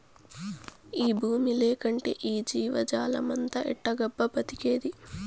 ఈ బూమి లేకంటే ఈ జీవజాలమంతా ఎట్టాగబ్బా బతికేది